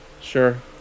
Sure